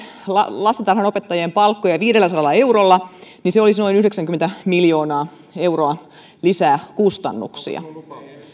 lastentarhanopettajien palkkoja viidelläsadalla eurolla niin se olisi noin yhdeksänkymmentä miljoonaa euroa lisää kustannuksia